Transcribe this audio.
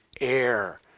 air